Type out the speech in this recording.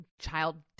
child